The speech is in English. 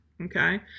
Okay